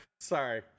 Sorry